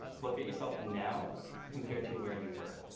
look at yourself now compared to where you were.